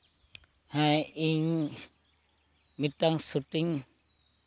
ᱦᱮᱸ ᱤᱧ ᱢᱤᱫᱴᱟᱝ ᱥᱩᱴᱤᱝ